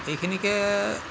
এইখিনিকে